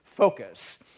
Focus